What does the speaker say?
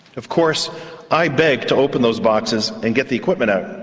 of course i begged to open those boxes and get the equipment out.